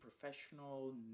professional